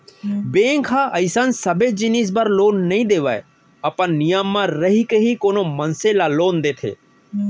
bank ह अइसन सबे जिनिस बर लोन नइ देवय अपन नियम म रहिके ही कोनो मनसे ल लोन देथे